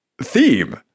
theme